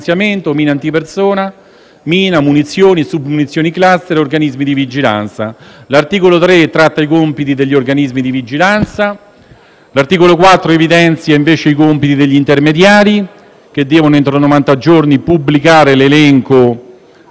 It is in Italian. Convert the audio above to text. L'articolo 3 tratta i compiti degli organismi di vigilanza. L'articolo 4 evidenzia i compiti degli intermediari, che entro novanta giorni devono pubblicare l'elenco